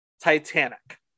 Titanic